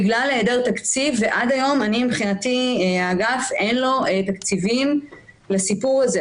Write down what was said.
בגלל היעדר תקציב ועד היום לאגף אין תקציבים לסיפור הזה.